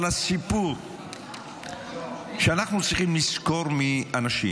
אבל הסיפור שאנחנו צריכים לזכור מאנשים,